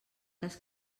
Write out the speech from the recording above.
cas